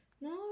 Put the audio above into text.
No